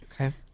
Okay